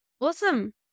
Awesome